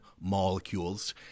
molecules